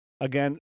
Again